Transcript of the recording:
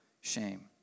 shame